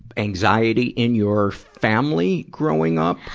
anxiety in your family growing up?